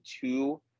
two